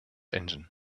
engine